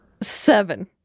Seven